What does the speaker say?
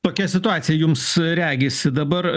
tokia situacija jums regisi dabar